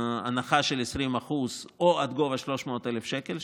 ההנחה של 20% או עד גובה 300,000 שקל,